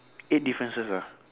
eight differences ah